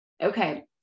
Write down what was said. Okay